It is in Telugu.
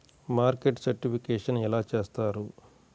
మార్కెట్ సర్టిఫికేషన్ ఎలా చేస్తారు?